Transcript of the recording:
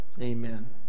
amen